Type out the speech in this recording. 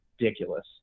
ridiculous